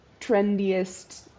trendiest